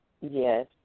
Yes